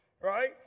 right